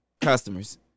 customers